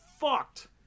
fucked